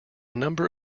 number